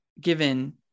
given